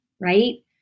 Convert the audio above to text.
right